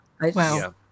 Wow